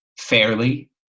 fairly